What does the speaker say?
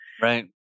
Right